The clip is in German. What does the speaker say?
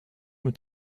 mit